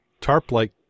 tarp-like